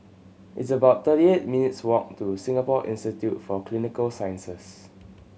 it's about thirty eight minutes' walk to Singapore Institute for Clinical Sciences